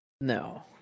No